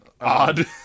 Odd